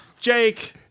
Jake